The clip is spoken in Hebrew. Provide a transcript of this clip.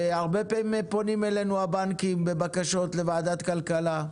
הרבה פעמים פונים אלינו הבנקים בבקשות לוועדת הכלכלה.